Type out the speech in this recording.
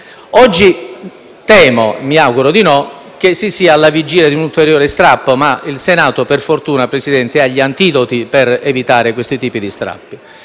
Oggi temo - mi auguro di no - che si sia alla vigilia di un ulteriore strappo, ma il Senato, per fortuna, Presidente, ha gli antidoti per evitare questo tipo di strappi.